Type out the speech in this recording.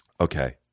Okay